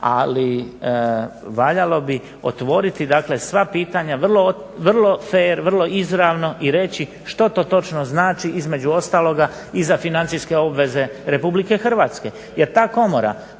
ali valjalo bi otvoriti sva pitanja vrlo fer, vrlo izravno i reći što to točno znači između ostaloga i za financijske obveze Republike Hrvatske.